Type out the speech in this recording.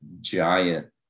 giant